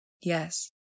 Yes